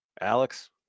Alex